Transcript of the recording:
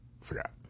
Forgot